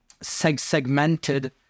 segmented